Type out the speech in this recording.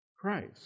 Christ